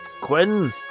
Quinn